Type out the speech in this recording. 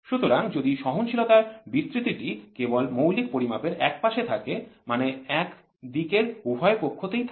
সুতরাং যদি সহনশীলতার বিস্তৃতিটি কেবল মৌলিক পরিমাপের একপাশে থাকে মানে এক দিকের উভয়পক্ষতেই থাকে